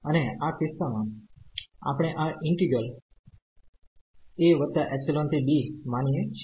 અને આ કિસ્સામાં આપણે આ ઈન્ટિગ્રલa ϵ થી b માનીએ છીએ